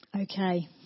Okay